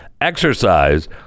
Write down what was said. exercise